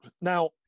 Now